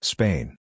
Spain